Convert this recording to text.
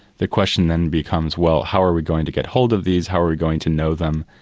the question then becomes, well how are we going to get hold of these? how are we going to know them?